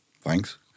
Thanks